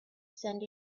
send